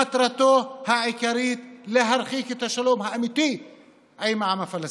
מטרתו העיקרית היא להרחיק את השלום האמיתי עם העם הפלסטיני.